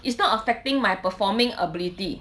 it's not affecting my performing ability